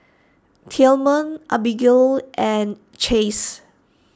Tillman Abigale and Chace